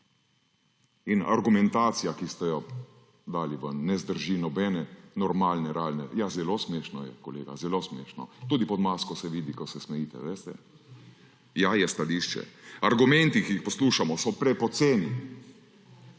In argumentacija, ki ste jo dali ven, ne zdrži nobene normalne realne – ja, zelo smešno je, kolega, zelo smešno, tudi pod masko se vidi, ko se smejite, veste. Ja, je stališče. Argumenti, ki jih poslušamo, so prepoceni.